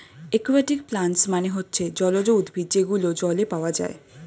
একুয়াটিকে প্লান্টস মানে হচ্ছে জলজ উদ্ভিদ যেগুলো জলে পাওয়া যায়